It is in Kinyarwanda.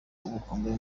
ubukombe